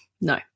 No